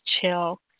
chill